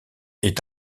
est